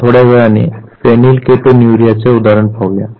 आपण थोड्या वेळाने फेनिलकेटोन्युरियाचे उदाहरण पाहू